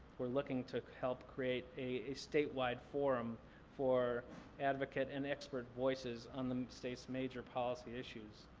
we're looking to help create a statewide forum for advocate and expert voices on the state's major policy issues.